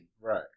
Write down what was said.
right